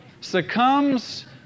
succumbs